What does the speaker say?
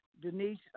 Denise